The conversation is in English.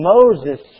Moses